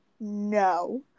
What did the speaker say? no